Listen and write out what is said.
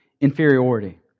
inferiority